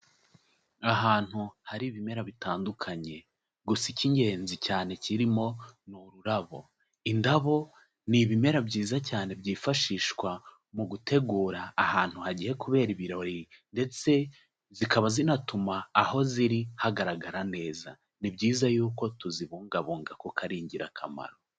Ahantu hari ibimera bitandukanye gusa ik'ingenzi cyane kirimo ni ururabo, indabo ni ibimera byiza cyane byifashishwa mu gutegura ahantu hagiye kubera ibirori ndetse zikaba zinatuma aho ziri hagaragara neza, ni byiza yuko tuzibungabunga kuko ari ingirakamaro.